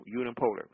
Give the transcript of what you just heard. unipolar